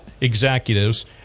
executives